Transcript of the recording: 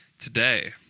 Today